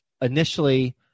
initially